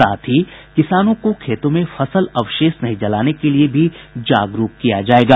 साथ ही किसानों को खेतों में फसल अवशेष नहीं जलाने के लिए भी जागरूक किया जायेगा